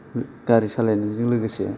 गारि सालायनायजों लोगोसे